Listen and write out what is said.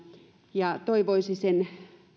toivoisi sen